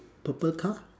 purple car